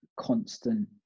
constant